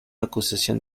acusación